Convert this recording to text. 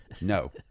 no